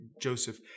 Joseph